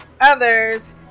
others